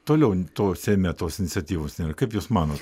toliau to seime tos iniciatyvos nėra kaip jūs manot